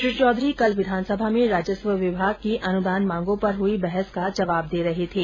श्री चौधरी कल विधानसभा में राजस्व विभाग की अनुदान मांगों पर हुई बहस का जवाब दे रहे थे